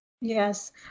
Yes